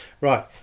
right